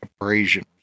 abrasion